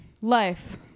Life